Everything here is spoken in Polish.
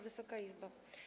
Wysoka Izbo!